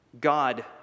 God